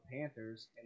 Panthers